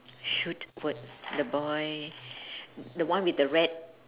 shoot would the boy the one with the red